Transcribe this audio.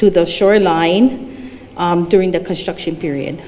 to the shoreline during the construction period